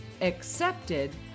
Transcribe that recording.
accepted